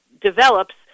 develops